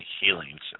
healings